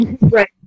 Right